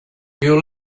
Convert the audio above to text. you